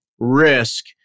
risk